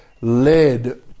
led